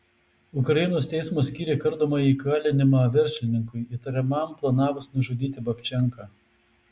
ukrainos teismas skyrė kardomąjį kalinimą verslininkui įtariamam planavus nužudyti babčenką